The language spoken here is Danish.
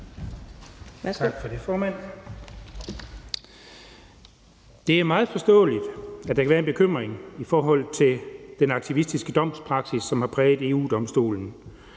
Det er meget forståeligt, at der kan være en bekymring i forhold til den aktivistiske domspraksis, som har præget EU-Domstolen.